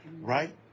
Right